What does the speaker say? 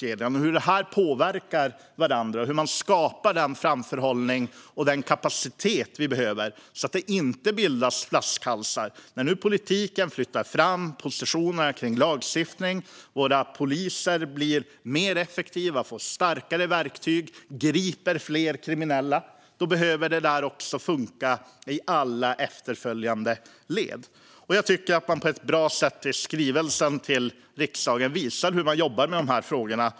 Man ska undersöka hur de olika delarna påverkar varandra och hur man skapar den framförhållning och den kapacitet vi behöver så att det inte bildas flaskhalsar. När nu politiken flyttar fram positionerna kring lagstiftning och våra poliser blir mer effektiva, får starkare verktyg och griper fler kriminella behöver detta också funka i alla efterföljande led. Jag tycker att regeringen på ett bra sätt i skrivelsen till riksdagen visar hur man jobbar med frågorna.